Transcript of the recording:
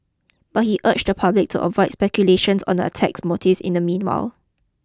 but he urged the public to avoid speculations on the attacker's motives in the meanwhile